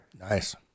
Nice